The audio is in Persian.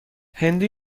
هندی